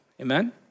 Amen